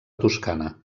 toscana